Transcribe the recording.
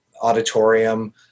auditorium